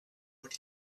what